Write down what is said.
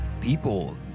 people